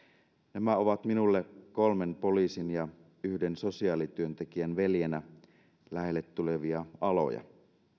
nämä ovat minulle kolmen poliisin ja yhden sosiaalityöntekijän veljenä lähelle tulevia aloja